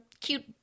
cute